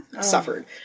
suffered